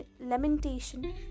lamentation